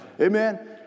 Amen